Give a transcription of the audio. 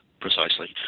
Precisely